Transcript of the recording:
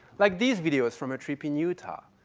like these videos from a trip in utah.